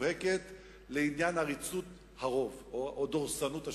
ומובהקת לעניין עריצות הרוב או דורסנות השלטון.